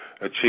achieve